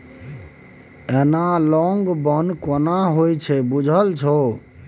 Analogue बन्न केना होए छै बुझल छौ?